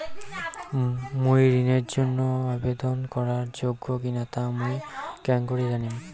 মুই ঋণের জন্য আবেদন করার যোগ্য কিনা তা মুই কেঙকরি জানিম?